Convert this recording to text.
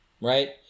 right